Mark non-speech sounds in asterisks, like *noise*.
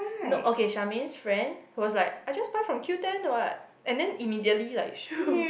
nope okay Charmaine's friend was like I just buy from Qoo-Ten [what] and then immediately like *noise*